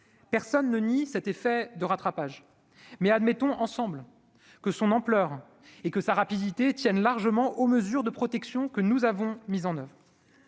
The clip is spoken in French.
personne ne nie cet effet de rattrapage, mais admettons ensemble que son ampleur et que sa rapidité tiennent largement aux mesures de protection que nous avons mises en oeuvre